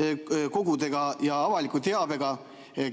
andmekogudega ja avaliku teabega